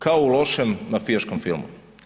Kao u lošem mafijaškom filmu.